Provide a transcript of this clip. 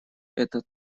это